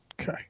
Okay